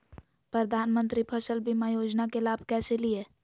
प्रधानमंत्री फसल बीमा योजना के लाभ कैसे लिये?